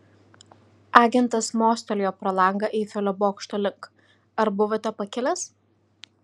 agentas mostelėjo pro langą eifelio bokšto link ar buvote pakilęs